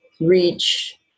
reach